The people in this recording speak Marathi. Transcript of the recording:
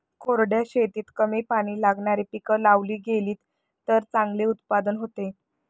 कोरड्या शेतीत कमी पाणी लागणारी पिकं लावली गेलीत तर चांगले उत्पादन होते